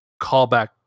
callback